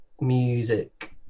music